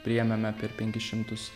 priėmėme apie penkis šimtus